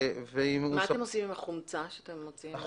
מה אתם עושים עם החומצה שאתם מוציאים?